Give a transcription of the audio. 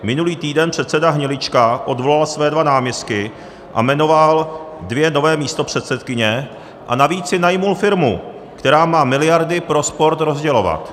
Minulý týden předseda Hnilička odvolal své dva náměstky a jmenoval dvě nové místopředsedkyně, a navíc si najmul firmu, která má miliardy pro sport rozdělovat.